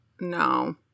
no